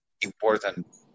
important